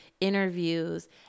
interviews